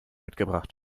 mitgebracht